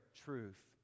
truth